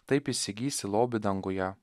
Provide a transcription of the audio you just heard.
taip įsigysi lobį danguje